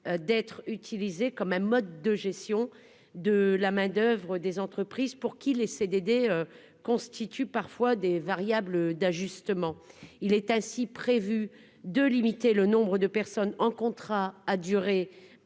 d'être utilisé comme un mode de gestion de la main-d'oeuvre des entreprises pour qui les CDD constituent parfois des variables d'ajustement, il est ainsi prévu de limiter le nombre de personnes en contrat à durée